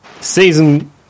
season